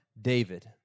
David